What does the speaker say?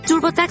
TurboTax